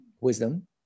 wisdom